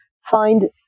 find